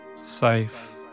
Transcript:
safe